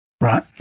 right